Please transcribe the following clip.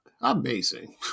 amazing